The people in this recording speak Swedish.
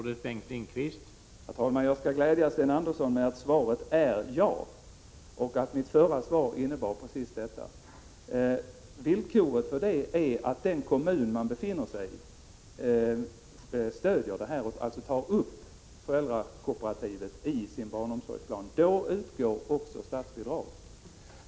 Herr talman! Jag skall glädja Sten Andersson i Malmö med att svaret är ja och att mitt förra svar innebar precis det. Villkoret är att den kommun där föräldrakooperativet befinner sig stöder och tar upp kooperativet i sin barnomsorgsplan. Då utgår också statsbidrag.